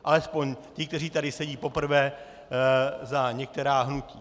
Alespoň ti, kteří tady sedí poprvé za některá hnutí.